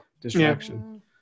distraction